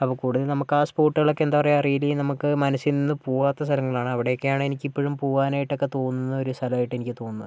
അപ്പോൾ കൂടുതലും നമുക്ക് ആ സ്പോട്ടുകളൊക്കെ എന്താ പറയുക റിയലി നമുക്ക് മനസ്സിൽ നിന്ന് പോകാത്ത സ്ഥലങ്ങളാണ് ഇവിടെയൊക്കെയാണ് എനിക്ക് ഇപ്പോഴും പോകാനായിട്ട് ഒക്കെ തോന്നുന്ന ഒരു സ്ഥലമായിട്ട് എനിക്ക് തോന്നുന്നത്